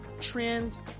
trends